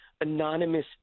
anonymous